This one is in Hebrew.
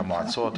המועצות,